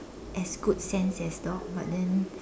as good sense as dog but then